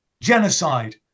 genocide